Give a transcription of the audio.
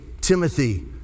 Timothy